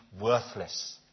worthless